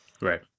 Right